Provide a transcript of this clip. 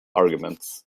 arguments